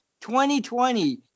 2020